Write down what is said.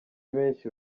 benshi